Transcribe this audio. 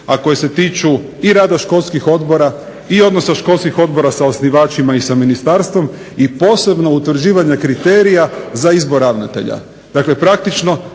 a koje se tiču i rada školskih odbora i odnosa školskih odbora sa osnivačima i sa ministarstvom i posebno utvrđivanja kriterija za izbor ravnatelja. Dakle praktično,